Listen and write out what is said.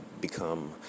become